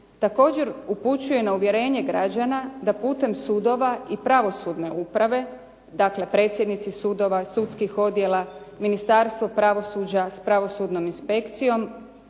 Također upućuje na uvjerenje građana da putem sudova i pravosudne uprave, dakle predsjednici sudova, sudskih odjela, Ministarstvo pravosuđa s Pravosudnom inspekcijom